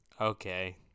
okay